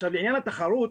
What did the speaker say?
לעניין התחרות: